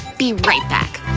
be right back!